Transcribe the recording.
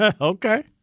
Okay